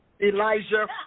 Elijah